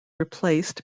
replaced